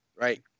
right